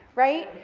right?